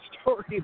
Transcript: story